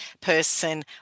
person